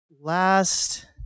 last